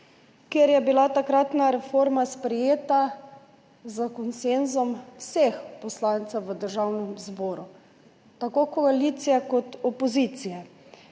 kjer je bila takratna reforma sprejeta s konsenzom vseh poslancev v Državnem zboru, tako koalicije kot opozicije.